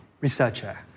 researcher